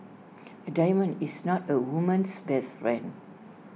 A diamond is not A woman's best friend